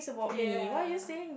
ya